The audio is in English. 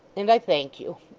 and i thank you.